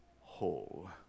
whole